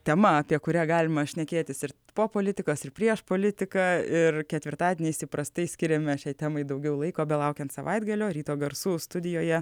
tema apie kurią galima šnekėtis ir po politikos ir prieš politiką ir ketvirtadieniais įprastai skiriame šiai temai daugiau laiko belaukiant savaitgalio ryto garsų studijoje